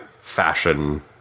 fashion